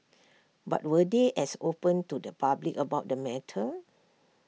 but were they as open to the public about the matter